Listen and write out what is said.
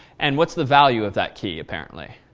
and what's the value of that key apparently?